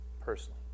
personally